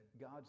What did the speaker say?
God